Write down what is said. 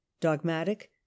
dogmatic